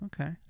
Okay